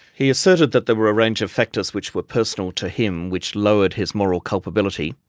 he asserted that there were a range of factors which were personal to him which lowered his moral culpability.